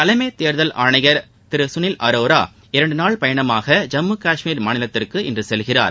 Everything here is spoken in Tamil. தலைமைத் தேர்தல் ஆணையர் திரு சுனில் அரோரா இரண்டு நாள் பயணமாக ஐம்மு காஷ்மீர் மாநிலத்திற்கு இன்று செல்கிறார்